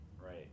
Right